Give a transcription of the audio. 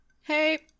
hey